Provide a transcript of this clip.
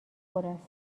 است